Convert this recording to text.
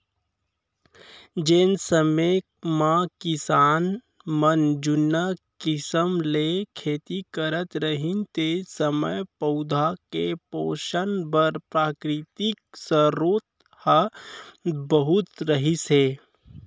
जेन समे म किसान मन जुन्ना किसम ले खेती करत रहिन तेन समय पउधा के पोसन बर प्राकृतिक सरोत ह बहुत रहिस हे